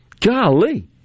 Golly